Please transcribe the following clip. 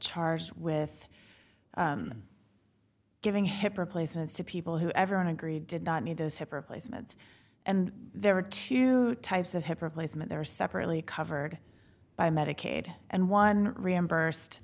charged with an giving hip replacements to people who everyone agree did not need those hip replacements and there are two types of hip replacement there are separately covered by medicaid and one reimbursed